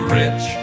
rich